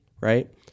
right